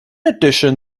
addition